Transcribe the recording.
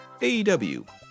AEW